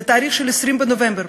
ל-20 בנובמבר.